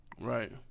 right